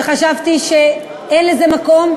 שחשבתי שאין לזה מקום,